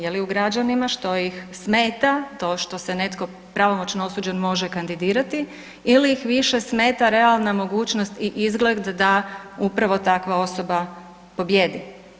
Je li u građanima što ih smeta to što se netko pravomoćno osuđen može kandidirati ili ih više smeta realna mogućnost i izgled da upravo takva osoba pobijedi?